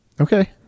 Okay